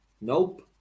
Nope